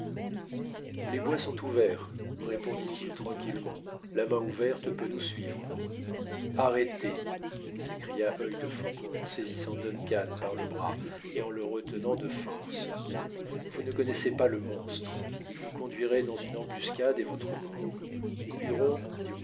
les bois sont ouverts répondit-il tranquillement la main ouverte peut nous suivre arrêtez s'écria œil de faucon en saisissant duncan par le bras et en le retenant de force vous ne connaissez pas le monstre il vous conduirait dans une embuscade et votre mort